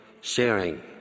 sharing